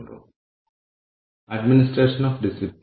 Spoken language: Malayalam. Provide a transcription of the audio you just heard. പിന്നെ നമുക്ക് ഹ്യൂമൻ ക്യാപിറ്റലുണ്ട്